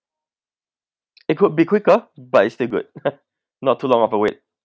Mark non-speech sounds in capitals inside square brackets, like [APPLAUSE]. it could be quicker but it's still good [LAUGHS] not too long of a wait